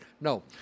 no